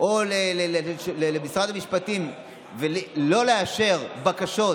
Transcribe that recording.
או למשרד המשפטים ולא לאשר בקשות